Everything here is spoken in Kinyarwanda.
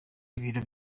ibiciro